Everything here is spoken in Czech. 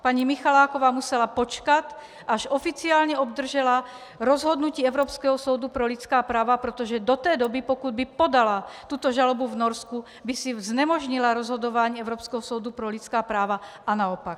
Paní Michaláková musela počkat, až oficiálně obdržela rozhodnutí Evropského soudu pro lidská práva, protože do té doby, pokud by podala tuto žalobu v Norsku, by znemožnila rozhodování Evropského soudu pro lidská práva a naopak.